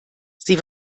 sie